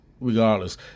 regardless